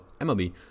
MLB